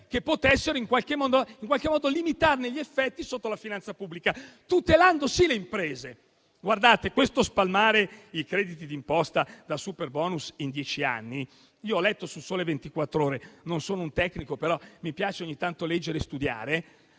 che potessero in qualche modo limitarne gli effetti sotto la finanza pubblica, tutelando sì le imprese, per esempio con lo spalmare i crediti d'imposta da superbonus in dieci anni. Io ho letto su «Il Sole 24 ore» - non sono un tecnico, però mi piace ogni tanto leggere e studiare